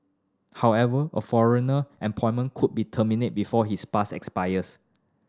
however a foreigner employment could be terminated before his pass expires